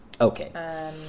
Okay